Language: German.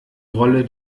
rolle